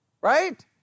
Right